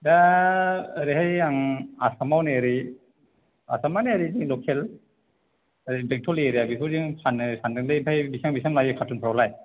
दा ओरैहाय आं आसामाव नै ओरै आसाम माने ओरै लखेल बेंतल एरिया बेफोरजों फाननो सान्दोंलै ओमफ्राय बेसेबां बेसेबां लायो कार्टनफ्राव लाय